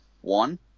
One